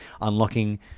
unlocking